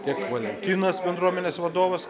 tiek valentinas bendruomenės vadovas